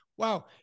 Wow